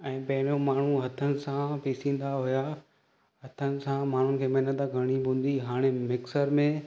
ऐं पहिरियों माण्हू हथनि सां पिसींदा हुआ हथनि सां माण्हुनि खे महिनत करिणी पवंदी हाणे मिक्सर में